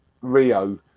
Rio